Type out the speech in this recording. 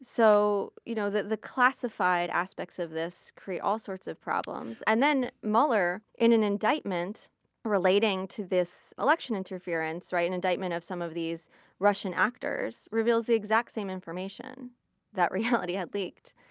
so you know the the classified aspects of this create all sorts of problems. and then mueller, in an indictment relating to this election interference, an indictment of some of these russian actors, reveals the exact same information that reality had leaked,